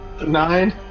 Nine